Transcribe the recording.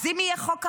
אז אם יהיה חוק המכר,